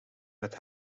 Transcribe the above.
met